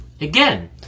again